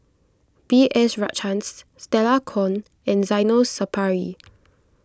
B S Rajhans Stella Kon and Zainal Sapari